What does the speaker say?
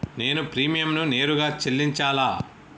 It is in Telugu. నేను ప్రీమియంని నేరుగా చెల్లించాలా?